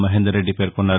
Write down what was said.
మహేందర్రెడ్డి పేర్కొన్నారు